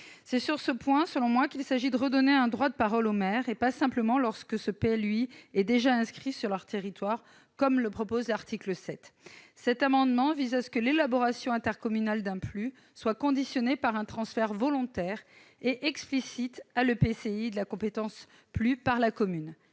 C'est sur ce point qu'il s'agit de redonner un droit de parole aux maires, et pas simplement lorsque le PLUI est déjà inscrit sur leur territoire, comme le prévoit l'article 7. Cet amendement vise à conditionner l'élaboration intercommunale d'un PLU à un transfert volontaire et explicite à l'EPCI de la compétence « PLU » par la commune.